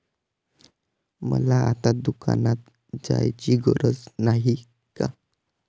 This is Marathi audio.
मला आता दुकानात जायची गरज नाही का?